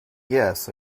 yes